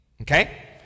Okay